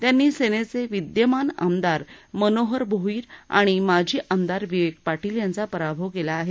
त्यांनी सेनेचे विद्यमान आमदार मनोहर भोईर आणि माजी आमदार विवेक पाटील यांचा पराभव केला आहे